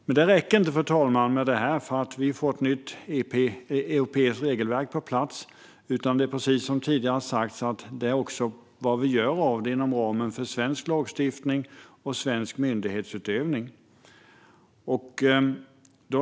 Men det räcker inte med att vi får ett nytt europeiskt regelverk, fru talman, utan det handlar också om vad vi gör av det inom ramen för svensk lagstiftning och svensk myndighetsutövning.